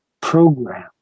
program